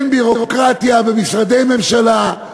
אין ביורוקרטיה במשרדי ממשלה,